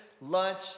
lunch